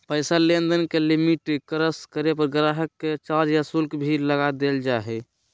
पैसा लेनदेन के लिमिट क्रास करे पर गाहक़ पर चार्ज या शुल्क भी लगा देवल जा हय